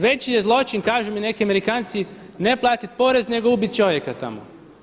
Veći zločin kažu mi neki Amerikanci neplatiti porez nego ubiti čovjeka tamo.